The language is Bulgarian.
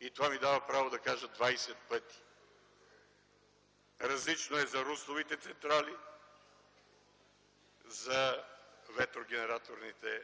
и това ми дава право да кажа – 20 пъти. Различно е за русловите централи, за ветрогенераторните